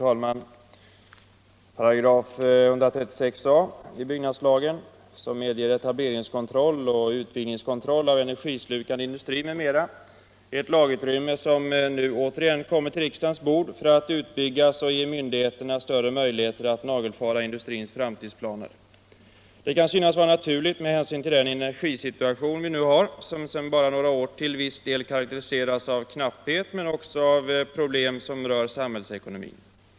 Herr talman! 136 a § byggnadslagen som medger etableringskontroll och utvidgningskontroll av energislukande industri m.m., är ett lagutrymme som nu återigen kommer till riksdagens bord för att utvidgas och för att ge myndigheterna större möjligheter att nagelfara industrins framtidsplaner. Det kan synas vara naturligt med hänsyn till den energisituation vi nu har, vilken sedan bara några år till viss del karakteriseras av knapphet men också av problem som rör samhällsekonomin.